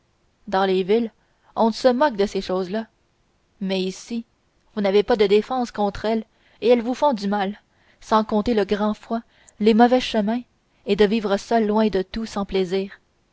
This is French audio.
dans les villes on se moque de ces choses-là mais ici vous n'avez pas de défense contre elles et elles vous font du mal sans compter le grand froid les mauvais chemins et de vivre seuls loin de tout sans plaisirs